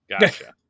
gotcha